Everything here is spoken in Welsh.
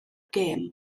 gem